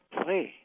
play